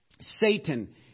Satan